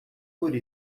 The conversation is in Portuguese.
por